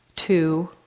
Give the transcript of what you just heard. two